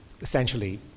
essentially